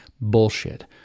bullshit